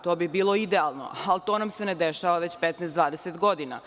To bi bilo idealno, ali to nam se ne dešava već 15, 20 godina.